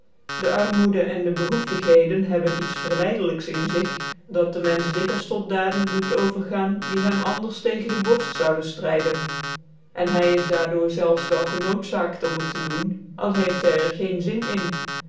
de armoede en de behoeftigheden hebben iets rerlijdelijks in zig dat den menfeh dikwils tot daden doet overgaan die hem anders tegen de borft zouden ftryden en hy is daar door zelfs wel genootzaakt om het te doen al heeft hy er geen zin in